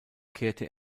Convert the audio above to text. kehrte